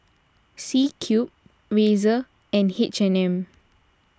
C Cube Razer and H and M